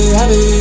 happy